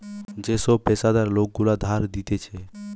যে সব পেশাদার লোক গুলা ধার দিতেছে